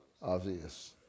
obvious